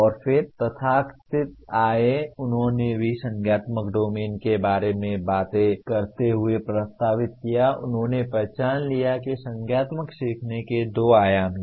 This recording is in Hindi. और फिर तथाकथित आए उन्होंने भी संज्ञानात्मक डोमेन के बारे में बात करते हुए प्रस्तावित किया उन्होंने पहचान लिया कि संज्ञानात्मक सीखने के दो आयाम हैं